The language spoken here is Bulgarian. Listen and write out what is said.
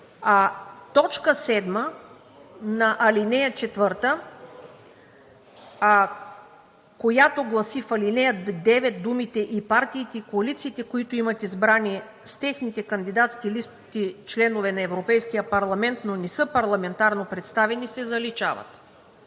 Точка 7 на ал. 4, която гласи: в ал. 9 думите „и партиите и коалициите, които имат избрани с техните кандидатски листи членове на Европейския парламент, но не са парламентарно представени“ се заличават.“